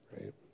right